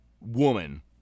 woman